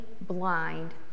blind